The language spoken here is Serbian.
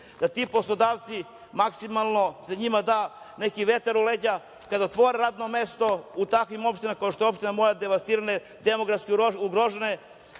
se tim poslodavcima maksimalno da neki vetar u leđa kada otvore radno mesto u takvim opštinama kao što je opština moja devastirana, demografski ugrožena,